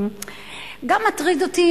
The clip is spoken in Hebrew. גם מטריד אותי,